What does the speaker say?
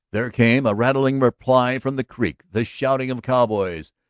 there came a rattling reply from the creek, the shouting of cowboys.